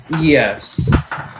Yes